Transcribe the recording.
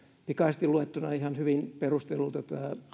pikaisesti luettuna vaikutti ihan hyvin perustellulta